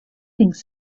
things